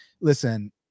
listen